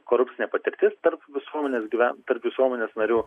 korupcinė patirtis tarp visuomenės gyven tarp visuomenės narių